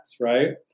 right